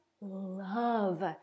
love